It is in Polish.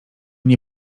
nie